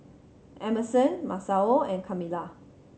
Emerson Masao and Kamilah